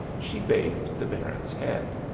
she bathed the baron's head.